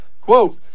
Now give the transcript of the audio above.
Quote